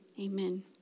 amen